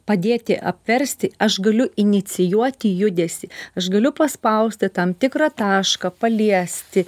padėti apversti aš galiu inicijuoti judesį aš galiu paspausti tam tikrą tašką paliesti